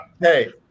Hey